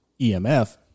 EMF